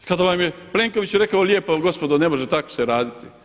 I kada vam je Plenković rekao lijepo, gospodo ne može tako se raditi.